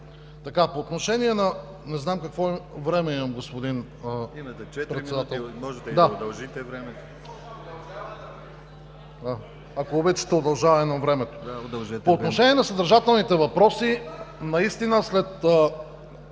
По отношение на съдържателните въпроси, наистина след